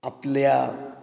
आपल्या